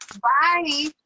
Bye